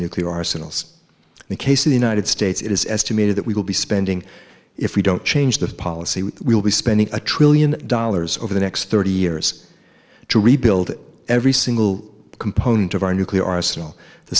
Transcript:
nuclear arsenals the case of the united states it is estimated that we will be spending if we don't change the policy we will be spending a trillion dollars over the next thirty years to rebuild every single component of our nuclear arsenal the